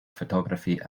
photography